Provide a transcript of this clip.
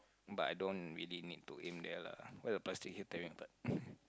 but I don't really need to aim there lah why the plastic keep tearing apart